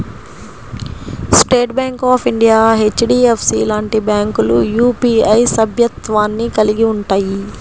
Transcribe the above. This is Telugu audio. state bank of India, HDFC లాంటి బ్యాంకులు యూపీఐ సభ్యత్వాన్ని కలిగి ఉంటయ్యి